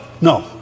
no